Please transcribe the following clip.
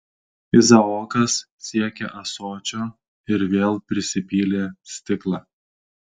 izaokas siekė ąsočio ir vėl prisipylė stiklą